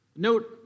Note